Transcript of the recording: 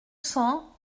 cents